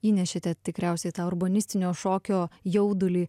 įnešėte tikriausiai tą urbanistinio šokio jaudulį